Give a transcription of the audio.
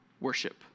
worship